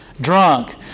drunk